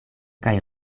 kaj